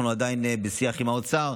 אנחנו עדיין בשיח עם האוצר,